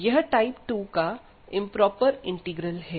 यह टाइप 2 का improper integral है